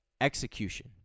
Execution